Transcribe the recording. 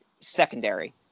secondary